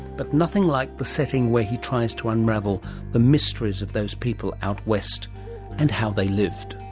but nothing like the setting where he tries to unravel the mysteries of those people out west and how they lived.